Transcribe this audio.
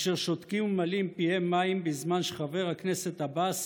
אשר שותקים וממלאים פיהם מים בזמן שחבר הכנסת עבאס